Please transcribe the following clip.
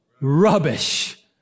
Rubbish